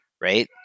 right